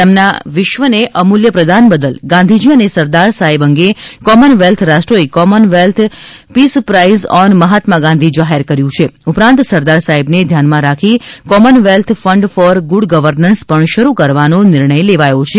તેમના વિશ્વને અમૂલ્ય પ્રદાન બદલ ગાંધીજી અને સરદાર સાહેબ અંગે કોમનવેલ્થ રાષ્ટ્રોએ Commonwealth peace prize on Mahatma Gandhi જાહેર કર્યું છે ઉપરાંત સરદાર સાહેબ ને ધ્યાનમાં રાખી Commonwealth fund for good governance પણ શરૂ કરવાનો નિર્ણય લેવાયો છે